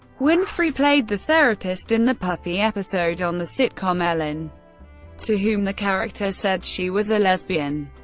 winfrey played the therapist in the puppy episode on the sitcom ellen to whom the character said she was a lesbian.